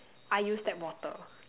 I use tap water